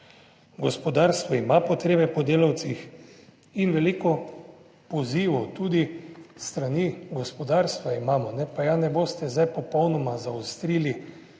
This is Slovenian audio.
Gospodarstvo ima potrebe po delavcih in veliko pozivov tudi s strani gospodarstva imamo, pa ja ne boste zdaj popolnoma zaostrili